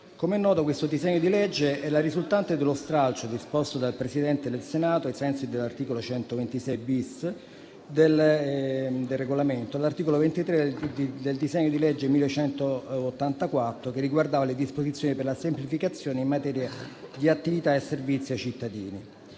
Come è noto, il disegno di legge in discussione è la risultante dello stralcio disposto dal Presidente del Senato, ai sensi dell'articolo 126-*bis* del Regolamento, dell'articolo 23 del disegno di legge n. 1184 che riguardava disposizioni per la semplificazione in materia di attività e servizi ai cittadini.